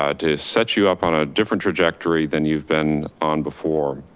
ah to set you up on a different trajectory than you've been on before.